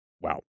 wow